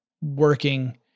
working